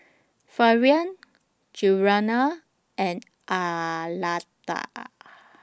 Florian Giana and Arletta